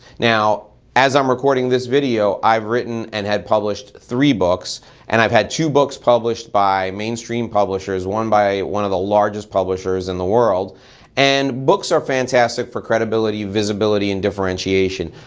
now as i'm recording this video i've written and have had published three books and i've had two books published by mainstream publishers. one by one of the largest publishers in the world and books are fantastic for credibility, visibility and differentiation.